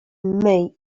myj